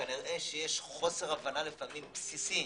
כנראה שיש חוסר הבנה לפעמים בסיסי